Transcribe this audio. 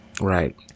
Right